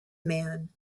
man